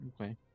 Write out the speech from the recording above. Okay